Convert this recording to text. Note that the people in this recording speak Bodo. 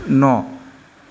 न'